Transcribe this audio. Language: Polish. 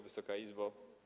Wysoka Izbo!